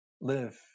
Live